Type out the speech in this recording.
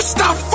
stop